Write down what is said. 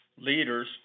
leaders